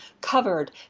covered